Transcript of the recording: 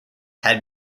had